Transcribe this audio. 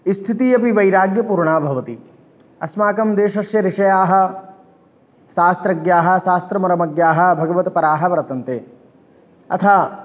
स्थितिः अपि वैराग्यपूर्णा भवति अस्माकं देशस्य ऋषयः शास्त्रज्ञाः शास्त्रमनोमज्ञाः भगवद्पराः वर्तन्ते अथ